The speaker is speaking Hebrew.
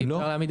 לא.